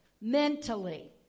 mentally